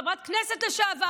חברת כנסת לשעבר,